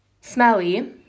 Smelly